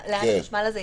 לאן החשמל הזה ילך?